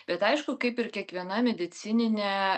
bet aišku kaip ir kiekviena medicininė